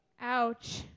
Ouch